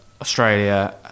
Australia